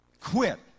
Quit